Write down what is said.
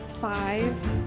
five